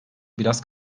biraz